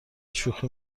شوخی